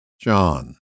John